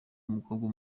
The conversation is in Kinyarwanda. umukobwa